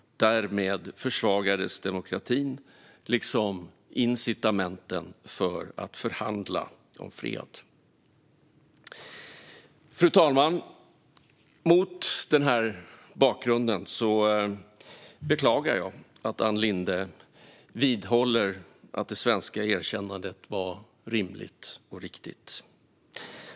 Därmed försvagades demokratin liksom incitamenten för att förhandla om fred. Fru talman! Mot denna bakgrund beklagar jag att Ann Linde vidhåller att det svenska erkännandet var rimligt och riktigt.